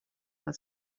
que